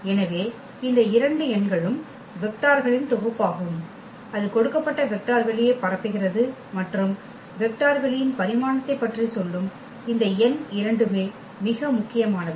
எனவே இந்த இரண்டு எண்களும் வெக்டார்களின் தொகுப்பாகும் அது கொடுக்கப்பட்ட வெக்டர் வெளியை பரப்புகிறது மற்றும் வெக்டர் வெளியின் பரிமாணத்தைப் பற்றி சொல்லும் இந்த எண் இரண்டுமே மிக முக்கியமானவை